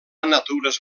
natures